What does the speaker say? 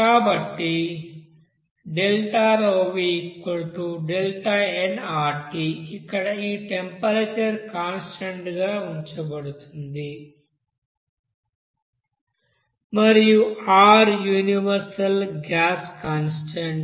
కాబట్టి ΔpVΔnRT ఇక్కడ ఈ టెంపరేచర్ కాన్స్టాంట్ గా ఉంచబడుతుంది మరియు R యూనివర్సల్ గ్యాస్ కాన్స్టాంట్